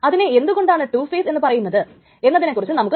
അപ്പോൾ time stamp എന്നത് ഒരു ലോജിക്കൽ കൌണ്ടർ ആണ്